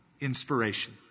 inspiration